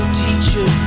teacher